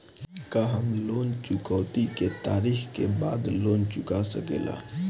का हम लोन चुकौती के तारीख के बाद लोन चूका सकेला?